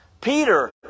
Peter